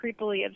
creepily